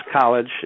college